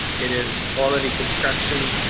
it is quality construction,